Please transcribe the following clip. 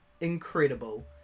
incredible